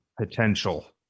potential